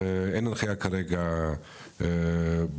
אין הנחיה כרגע בעניין,